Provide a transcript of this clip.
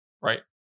right